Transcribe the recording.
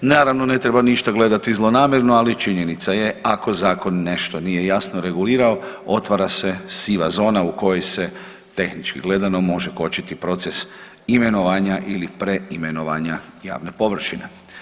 Naravno, ne treba ništa gledati zlonamjerno, ali činjenica je, ako zakon nešto nije jasno regulirao, otvara se siva zona u kojoj se tehnički gledano, može kočiti proces imenovanja ili preimenovanja javne površine.